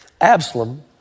Absalom